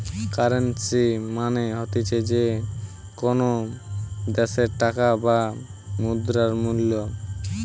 currency মানে হতিছে যে কোনো দ্যাশের টাকার বা মুদ্রার মূল্য